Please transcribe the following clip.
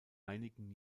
einigen